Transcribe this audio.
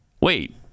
Wait